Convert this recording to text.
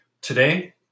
Today